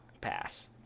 pass